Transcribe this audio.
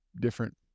different